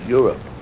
Europe